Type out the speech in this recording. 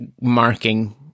marking